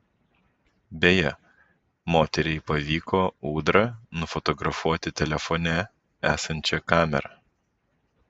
beje moteriai pavyko ūdrą nufotografuoti telefone esančia kamera